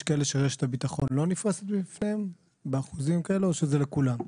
יש כאלה שרשת הביטחון לא נפרסת בפניהם באחוזים כאלה או שזה לכולם?